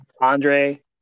Andre